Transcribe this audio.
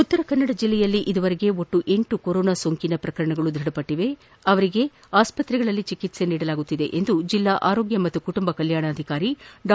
ಉತ್ತರಕನ್ನಡ ಜಿಲ್ಲೆಯಲ್ಲಿ ಈವರೆಗೂ ಒಟ್ಟು ಎಂಟು ಕೊರೋನಾ ಸೋಂಕು ಡೃಢಪಟ್ಟಿದ್ದು ಅವರೆಲ್ಲರಿಗೂ ಆಸ್ತ್ರೆಯಲ್ಲಿ ಚಿಕಿತ್ಸೆ ನೀಡಲಾಗುತ್ತಿದೆ ಎಂದು ಜಿಲ್ಲಾ ಆರೋಗ್ಯ ಮತ್ತು ಕುಟುಂಬ ಕಲ್ಕಾಣಾಧಿಕಾರಿ ಡಾ